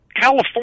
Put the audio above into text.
california